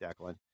Declan